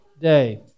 day